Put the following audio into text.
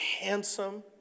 handsome